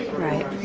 right.